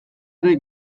ere